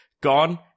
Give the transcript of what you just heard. gone